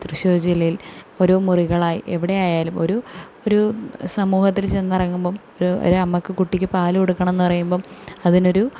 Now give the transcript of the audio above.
തൃശ്ശൂർ ജില്ലയിൽ ഓരോ മുറികളായി എവിടെ ആയാലും ഒരു ഒരു സമൂഹത്തിൽ ചെന്നിറങ്ങുമ്പം ഒരമ്മക്ക് കുട്ടിക്ക് പാലു കൊടുക്കണമെന്നു പറയുമ്പം അതിനൊരു